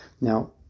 Now